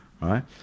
right